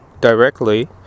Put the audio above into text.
directly